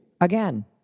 again